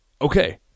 Okay